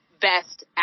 best